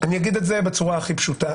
אני אגיד את זה בצורה הכי פשוטה.